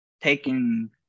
taking